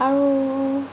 আৰু